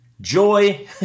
joy